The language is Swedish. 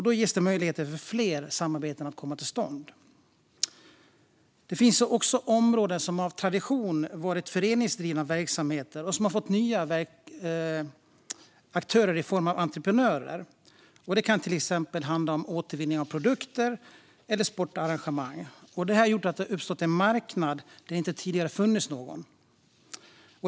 Då ges möjligheter för fler samarbeten att komma till stånd. Det finns också områden som av tradition varit föreningsdrivna verksamheter men som har fått nya aktörer i form av entreprenörer. Det kan till exempel handla om återvinning av produkter eller sportarrangemang. Det har gjort att det har uppstått en marknad där det tidigare inte funnits någon.